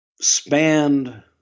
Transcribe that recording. spanned